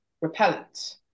repellent